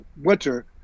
winter